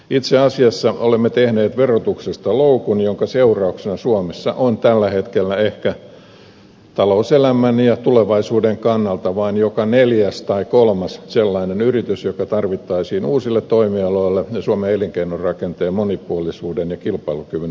itse asiassa olemme tehneet verotuksesta loukun jonka seurauksena suomessa on tällä hetkellä ehkä talouselämän ja tulevaisuuden kannalta vain joka neljäs tai kolmas sellainen yritys joka tarvittaisiin uusille toimialoille ja suomen elinkeinorakenteen monipuolisuuden ja kilpailukyvyn turvaamiseksi